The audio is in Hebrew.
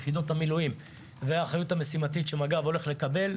יחידות המילואים והאחריות המשימתית שמג"ב הולך לקבל.